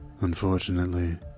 unfortunately